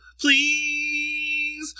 please